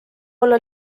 olla